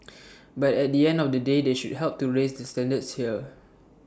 but at the end of the day they should help to raise the standards here